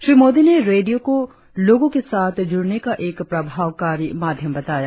श्री मोदी ने रेडियों को लोगों के साथ जुड़ने का एक प्रभावकारी माध्यम बताया